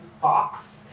Fox